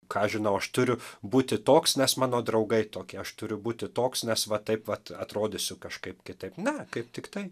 ką aš žinau aš turiu būti toks nes mano draugai tokie aš turiu būti toks nes va taip vat atrodysiu kažkaip kitaip ne kaip tiktai